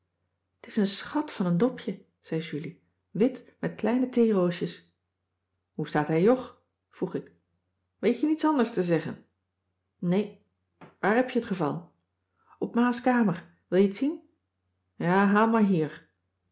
t is een schat van een dopje zei julie wit met kleine theeroosjes hoe staat hij jog vroeg ik weet je niets anders te zeggen nee waar heb je t geval op ma's kamer wil je t zien ja haal maar hier